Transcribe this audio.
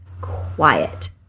quiet